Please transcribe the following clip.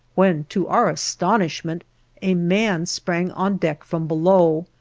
when to our astonishment a man sprang on deck from below.